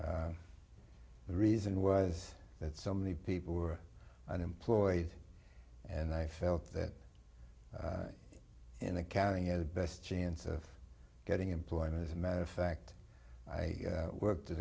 e reason was that so many people were unemployed and i felt that in accounting at the best chance of getting employment as a matter of fact i worked at